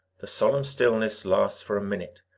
the solemn stillness lasts for a minute,